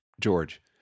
George